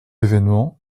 événements